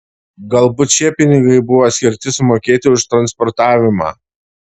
galbūt šie pinigai buvo skirti sumokėti už transportavimą